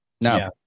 No